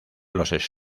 los